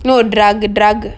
you know drug a drug